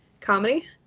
comedy